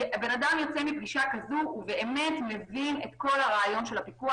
בן אדם יוצא מפגישה כזו ובאמת מבין את כל הרעיון של הפיקוח